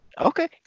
okay